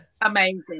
Amazing